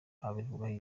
abivugaho